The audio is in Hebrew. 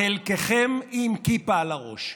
חלקכם עם כיפה על הראש.